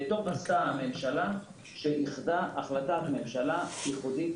טוב עשתה הממשלה שאיחדה החלטה ייחודית